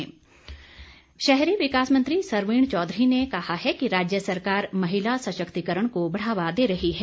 सशक्तिकरण शहरी विकास मंत्री सरवीण चौधरी ने कहा है कि राज्य सरकार महिला सशक्तिकरण को बढ़ावा दे रही है